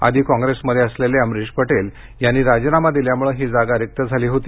आधी कॉंग्रेसमध्ये असलेले अमरीश पटेल यांनी राजीनामा दिल्यामुळे ही जागा रिक्त झाली होती